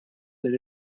that